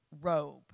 robe